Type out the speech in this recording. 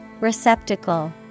Receptacle